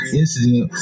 incident